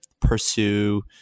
pursue